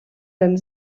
denn